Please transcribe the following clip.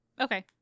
Okay